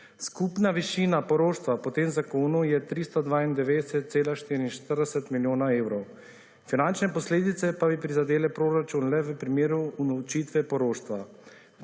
Skupna višina poroštva po te zakonu je 392,44 milijona evrov. Finančne posledice pa bi prizadele proračun le v primeru unovčitve poroštva.